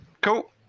Cool